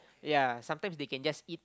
ya sometime they can just eat